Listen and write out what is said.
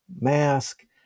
mask